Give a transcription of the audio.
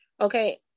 okay